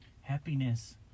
happiness